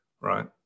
right